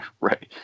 Right